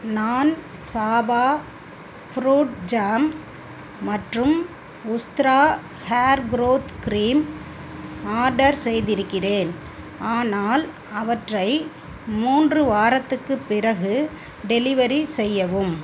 நான் சாபா fruit jam மற்றும் Ustraa hair growth cream order செய்திருக்கிறேன் ஆனால் அவற்றை மூன்று வாரத்துக்குப் பிறகு டெலிவரி செய்யவும்